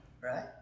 right